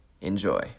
Enjoy